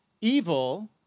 evil